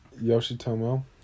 Yoshitomo